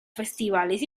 festivales